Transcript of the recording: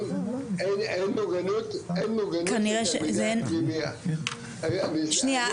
אין מוגנות לתלמידי הפנימייה --- שנייה,